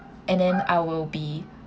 and then I will be